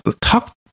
talk